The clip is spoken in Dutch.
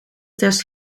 test